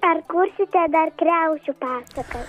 ar kursite dar kriaušių pasakas